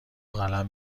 قلم